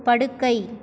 படுக்கை